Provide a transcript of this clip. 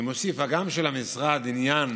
אני מוסיף: הגם שלמשרד עניין